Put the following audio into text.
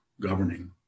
governing